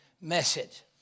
message